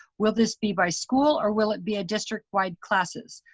will this be by school or will it be a district wide classes?